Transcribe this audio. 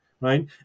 Right